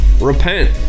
Repent